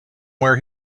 where